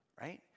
right